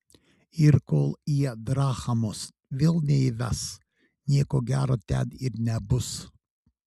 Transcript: ir kol jie drachmos vėl neįves nieko gero ten ir nebus